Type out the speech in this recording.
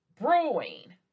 brewing